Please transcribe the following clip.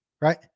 Right